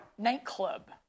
nightclub